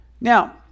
Now